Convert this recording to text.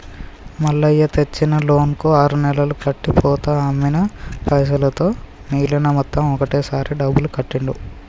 మల్లయ్య తెచ్చిన లోన్ కు ఆరు నెలలు కట్టి పోతా అమ్మిన పైసలతో మిగిలిన మొత్తం ఒకటే సారి డబ్బులు కట్టిండు